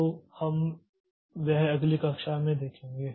तो हम वह अगली कक्षा में देखेंगे